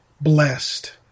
blessed